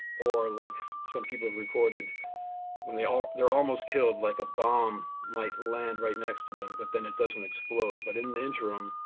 or like some people have recorded when they're ah they're almost killed, like a bomb might land right next to them but then it doesn't explode, but in the interim,